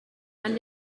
and